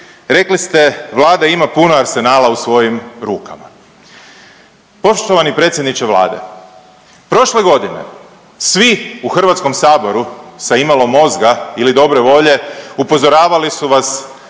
rekli ste Vlada ima puno arsenala u svojim rukama. Poštovani predsjedniče Vlade, prošle godine svi u HS sa imalo mozga ili dobre volje upozoravali su vas